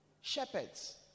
shepherds